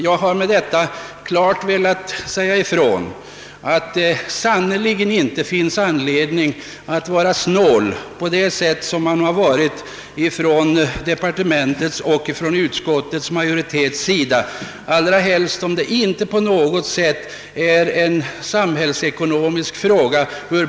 Jag har med detta velat klart säga ifrån att det sannerligen inte finns anledning att vara snål på det sätt som man här varit från departementets och utskottsmajoritetens sida, allra helst som detta ur budgetsynpunkt inte har någon samhällsekonomisk betydelse.